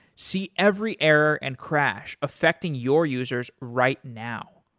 see every error and crash affecting your users right now.